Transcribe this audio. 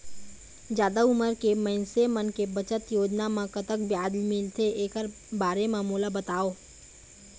जादा उमर के मइनसे मन के बचत योजना म कतक ब्याज मिलथे एकर बारे म मोला बताव?